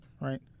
right